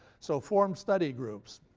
so, form study groups.